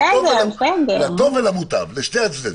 לטוב ולמוטב, לשני הצדדים.